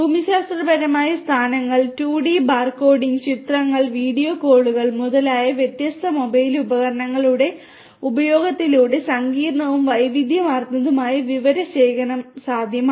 ഭൂമിശാസ്ത്രപരമായ സ്ഥാനങ്ങൾ 2 D barcoding ചിത്രങ്ങൾ വീഡിയോകൾ മുതലായ വ്യത്യസ്ത മൊബൈൽ ഉപകരണങ്ങളുടെ ഉപയോഗത്തിലൂടെ സങ്കീർണ്ണവും വൈവിധ്യമാർന്നതുമായ വിവരശേഖരണം സാധ്യമാണ്